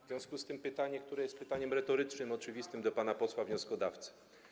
W związku z tym pytanie, które jest pytaniem retorycznym, oczywistym, do pana posła wnioskodawcy: